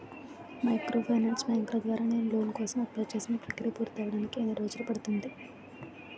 Microfinance బ్యాంకుల ద్వారా నేను లోన్ కోసం అప్లయ్ చేసిన ప్రక్రియ పూర్తవడానికి ఎన్ని రోజులు పడుతుంది?